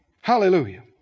Hallelujah